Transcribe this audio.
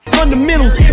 fundamentals